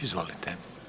Izvolite.